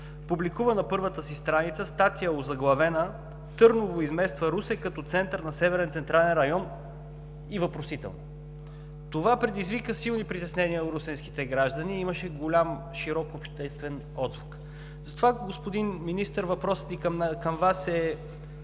публикува на първата си страница статия, озаглавена „Търново измества Русе като център на Северен централен район?“ Това предизвика силни притеснения у русенските граждани и имаше широк обществен отзвук. Затова, господин Министър, въпросът ни към Вас е